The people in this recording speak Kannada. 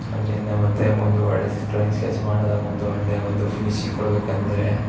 ಅದರಿಂದ ಮತ್ತು ಒಂದು ಒಳ್ಳೆ ಡ್ರಾಯಿಂಗ್ ಸ್ಕೆಚ್ ಮಾಡ್ದಾಗ ಒಂದು ಅಂದೆ ಒಂದು ಫಿನಿಶಿಂಗ್ ಕೊಡ್ಬೇಕೆಂದ್ರೆ